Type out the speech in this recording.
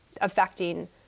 affecting